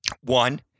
One